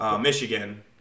Michigan